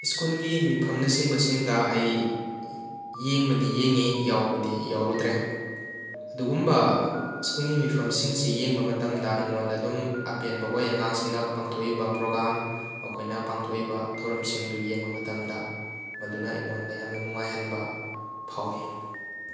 ꯁ꯭ꯀꯨꯜꯒꯤ ꯃꯤꯐꯝꯅ ꯆꯤꯡꯕꯁꯤꯡꯗ ꯑꯩ ꯌꯦꯡꯕꯗꯤ ꯌꯦꯡꯏ ꯌꯥꯎꯕꯗꯤ ꯌꯥꯎꯔꯨꯗ꯭ꯔꯦ ꯑꯗꯨꯒꯨꯝꯕ ꯁ꯭ꯀꯨꯜꯒꯤ ꯃꯤꯐꯝꯁꯤꯡꯁꯤ ꯌꯦꯡꯕ ꯃꯇꯝꯗ ꯑꯩꯉꯣꯟꯗ ꯑꯗꯨꯝ ꯑꯄꯦꯟꯕ ꯑꯣꯏ ꯑꯉꯥꯡꯁꯤꯡꯅ ꯄꯥꯡꯊꯣꯛꯏꯕ ꯄ꯭ꯔꯣꯒ꯭ꯔꯥꯝ ꯃꯈꯣꯏꯅ ꯄꯥꯡꯊꯣꯛꯏꯕ ꯊꯧꯔꯝꯁꯤꯡꯗꯨ ꯌꯦꯡꯕ ꯃꯇꯝꯗ ꯃꯗꯨꯅ ꯑꯩꯉꯣꯟꯗ ꯌꯥꯝꯅ ꯅꯨꯡꯉꯥꯏꯍꯟꯕ ꯐꯥꯎꯏ